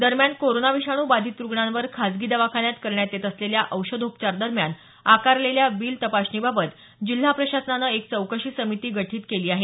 दरम्यान कोरोना विषाणू बाधित रुग्णांवर खासगी दवाखान्यात करण्यात येत असलेल्या औषधोपचार दरम्यान आकारलेल्या बिल तपासणीबाबत जिल्हा प्रशासनानं एक चौकशी समिती गठित केली आहे